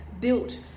built